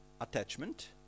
attachment